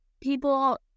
people